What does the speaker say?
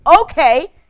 Okay